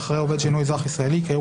אחרי "עובד שאינו אזרח ישראלי" יקראו